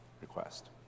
request